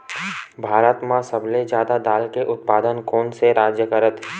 भारत मा सबले जादा दाल के उत्पादन कोन से राज्य हा करथे?